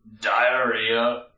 diarrhea